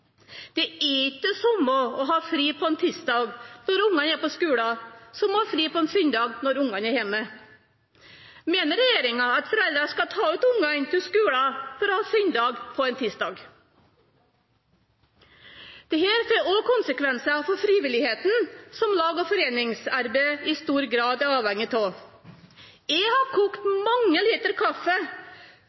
Det er ikke det samme å ha fri på en tirsdag når barna er på skolen, som å ha fri på en søndag når barna er hjemme. Mener regjeringen at foreldre skal ta ut barna av skolen for å ha søndag på en tirsdag? Dette får også konsekvenser for frivilligheten, som lag- og foreningsarbeid i stor grad er avhengig av. Jeg har kokt mange liter kaffe,